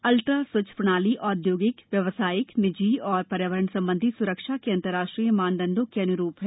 ultra स्वच्छ प्रणाली औद्योगिक व्यवसायिक निजी और पर्यावरण संबंधी सुरक्षा के अंतर्राष्ट्रीय मानदंडों के अनुरूप है